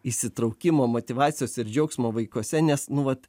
įsitraukimo motyvacijos ir džiaugsmo vaikuose nes nu vat